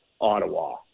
Ottawa